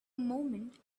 moment